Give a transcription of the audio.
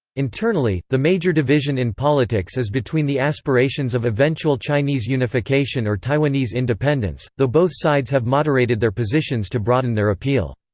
internally, the major division in politics is between the aspirations of eventual chinese unification or taiwanese independence, though both sides have moderated their positions to broaden their appeal.